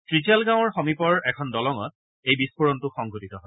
ত্ৰিচাল গাঁৱৰ সমীপৰ এখন দলঙত বিস্ফোৰণটো সংঘটিত হয়